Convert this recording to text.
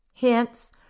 Hence